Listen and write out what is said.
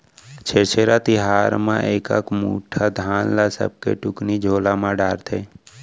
छेरछेरा तिहार म एकक मुठा धान ल सबके टुकनी झोला म डारथे